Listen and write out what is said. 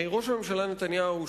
ראש הממשלה נתניהו,